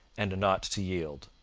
and not to yield.